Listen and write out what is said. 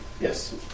Yes